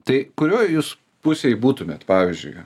tai kurioj jūs pusėj būtumėt pavyzdžiui